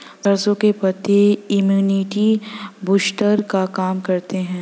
सरसों के पत्ते इम्युनिटी बूस्टर का काम करते है